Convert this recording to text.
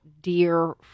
dear